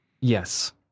Yes